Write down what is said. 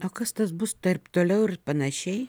o kas tas bustaip toliau ir panašiai